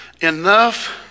enough